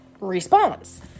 response